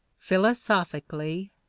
philosophically,